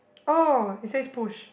oh it says push